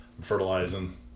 fertilizing